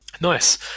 Nice